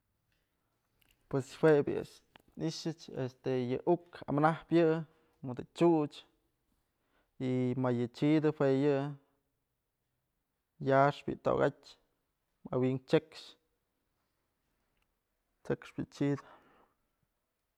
Pues jue bi'i a'ax nixëch este yë uk amanäp yë, mëdë chuch y mayë chidën jue yë yaxpë yë tokatyë awi'ink chekxë t'sekxpë yë chid.